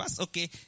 Okay